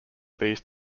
these